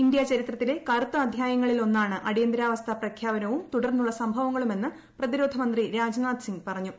ഇന്ത്യാചരിത്രത്തിലെ കറുത്ത അധ്യായങ്ങളിൽ ഒന്നാണ് അടിയന്തരാവസ്ഥ പ്രഖ്യാപനവും തുടർന്നുള്ള സംഭവങ്ങളുമെന്ന് പ്രതിരോധമന്ത്രി രാജ്നാഥ് സിംഗ് പറഞ്ഞു